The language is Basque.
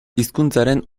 hizkuntzaren